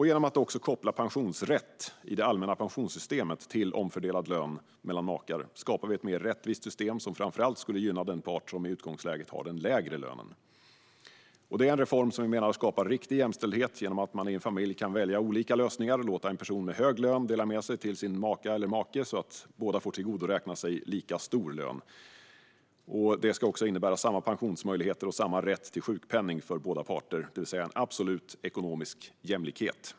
Genom att också koppla pensionsrätt i det allmänna pensionssystemet till omfördelad lön mellan makar skapar vi ett mer rättvist system som framför allt skulle gynna den part som i utgångsläget har den lägre lönen. Det här är en reform som vi menar skapar riktig jämställdhet genom att man i en familj kan välja olika lösningar och låta en person med hög lön dela med sig till sin maka eller make så att båda får tillgodoräkna sig lika stor lön. Detta ska också innebära samma pensionsmöjligheter och samma rätt till sjukpenning för båda parter, det vill säga en absolut ekonomisk jämlikhet.